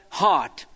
heart